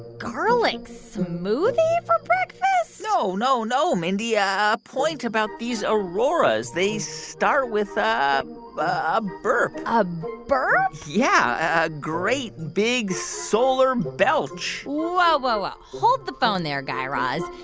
garlic smoothie for breakfast? so no, no, no, mindy, a point about these auroras they start with a a burp a burp? yeah, a great, big solar belch whoa, whoa, whoa. hold the phone there, guy raz.